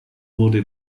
wurde